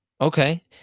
Okay